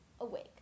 awake